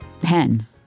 Pen